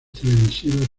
televisivos